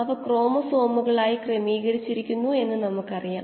ഒരു മാസ് ബാലൻസിലൂടെ flow rate തുല്യമായിരിക്കുമെന്ന് നമ്മൾക്ക് ലഭിച്ചു